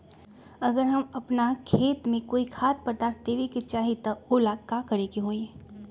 अगर हम अपना खेती में कोइ खाद्य पदार्थ देबे के चाही त वो ला का करे के होई?